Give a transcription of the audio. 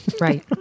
Right